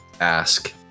ask